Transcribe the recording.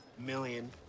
million